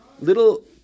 little